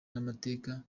n’amateka